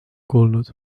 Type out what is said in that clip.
kuulnud